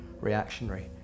reactionary